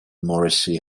morrissey